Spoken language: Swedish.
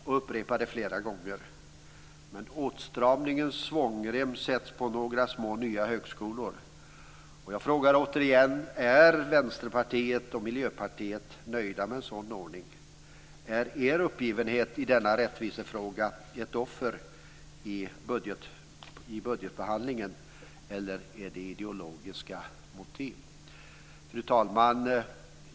Han upprepar det flera gånger. Men åtstramningens svångrem sätts på några små nya högskolor. Jag frågar återigen: Är Vänsterpartiet och Miljöpartiet nöjda med en sådan ordning? Är er uppgivenhet i denna rättvisefråga ett offer i budgetbehandlingen eller är det fråga om ideologiska motiv? Fru talman!